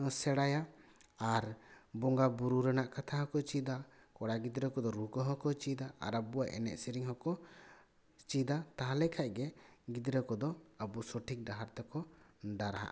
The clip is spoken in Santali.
ᱥᱮᱬᱟᱭᱟ ᱟᱨ ᱵᱚᱸᱜᱟ ᱵᱩᱨᱩ ᱨᱮᱱᱟᱜ ᱠᱟᱛᱷᱟ ᱦᱚᱠᱚ ᱪᱮᱫᱟ ᱠᱚᱲᱟ ᱜᱤᱫᱽᱨᱟᱹ ᱠᱚᱫᱚ ᱨᱩ ᱠᱚᱦᱚ ᱠᱚᱸ ᱪᱮᱫᱟ ᱟᱨ ᱟᱠᱚᱣᱟᱜ ᱮᱡᱮᱡ ᱥᱮᱨᱮᱧ ᱦᱚᱠᱚ ᱪᱮᱫᱟ ᱛᱟᱦᱚᱞᱮ ᱠᱷᱟᱱᱜᱮ ᱜᱤᱫᱽᱨᱟᱹ ᱠᱚᱫᱚ ᱟᱵᱚ ᱥᱚᱴᱷᱤᱠ ᱰᱟᱦᱟᱨ ᱛᱮᱠᱚ ᱰᱟᱨᱦᱟᱼᱟ